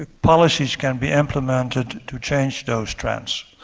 policies can be implemented to change those trends.